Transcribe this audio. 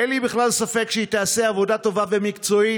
אין לי בכלל ספק שהיא תעשה עבודה טובה ומקצועית.